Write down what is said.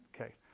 Okay